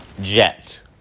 jet